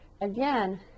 Again